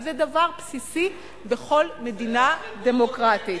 וזה דבר בסיסי בכל מדינה דמוקרטית.